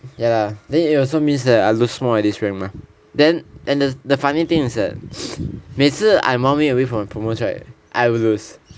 ya then it also means that I lose more in this rank mah then and the and the funny thing is that 每次 I'm one way away from the promotes right I will lose